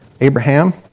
Abraham